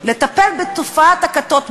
לטפל בתופעת הכתות בישראל.